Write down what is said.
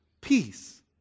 Peace